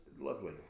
lovely